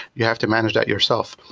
you have to manage that yourself.